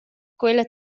quella